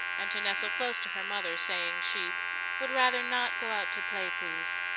and to nestle close to her mother, saying she would rather not go out to play, please.